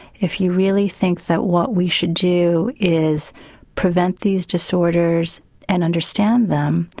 if you really think that what we should do is prevent these disorders and understand them,